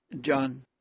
John